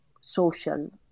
social